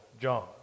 John